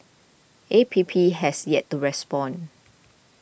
A P P has yet to respond